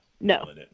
No